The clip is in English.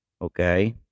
okay